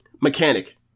Mechanic